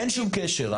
אין שום קשר,